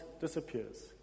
disappears